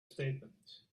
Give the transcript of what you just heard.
statement